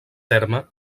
terme